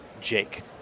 Jake